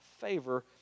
favor